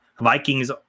Vikings